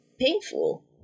painful